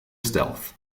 stealth